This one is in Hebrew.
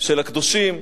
של הקדושים,